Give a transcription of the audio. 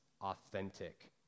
authentic